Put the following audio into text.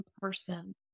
person